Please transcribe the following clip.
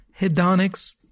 hedonics